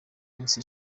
minsi